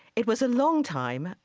it was a long time,